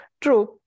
True